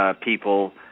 people